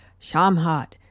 Shamhat